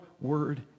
word